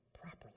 properly